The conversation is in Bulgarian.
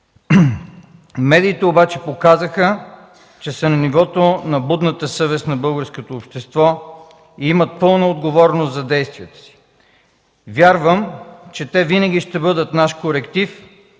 Медиите обаче показаха, че са на нивото на будната съвест на българското общество и имат пълна отговорност за действията си. Вярвам, че те винаги ще бъдат наш коректив